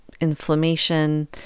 inflammation